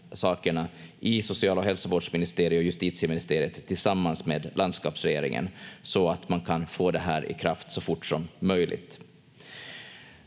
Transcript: i social- och hälsovårdsministeriet och justitieministeriet tillsammans med landskapsregeringen så att man kan få det här i kraft så fort som möjligt.